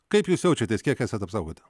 kaip jūs jaučiatės kiek esat apsaugoti